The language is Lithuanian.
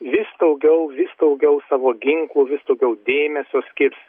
vis daugiau vis daugiau savo ginklų vis daugiau dėmesio skirs